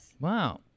Wow